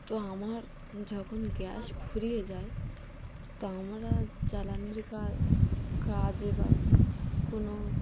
তো আমার যখন গ্যাস ফুরিয়ে যায় তো আমরা জ্বালানির কাজ কাজে বা কোনো